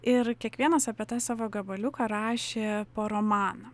ir kiekvienas apie tą savo gabaliuką rašė po romaną